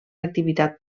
activitat